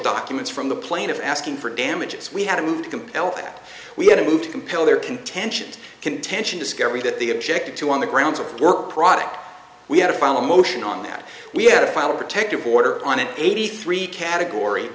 documents from the plaintiff asking for damages we had to move to compel that we had to move to compel their contention contention discovery that they objected to on the grounds of work product we had to file a motion on that we had to file a protective order on it eighty three category